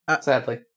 sadly